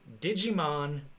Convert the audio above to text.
Digimon